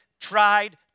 tried